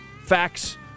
Facts